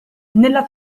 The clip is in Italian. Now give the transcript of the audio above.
nella